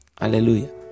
Hallelujah